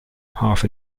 half